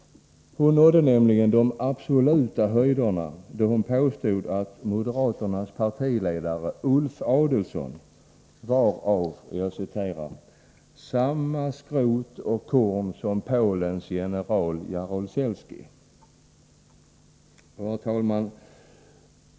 Hon nådde de absoluta höjderna, då hon påstod att moderaternas partiledare Ulf Adelsohn var ”av samma skrot och korn som Polens general Jaruzelski”.